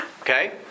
Okay